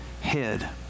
head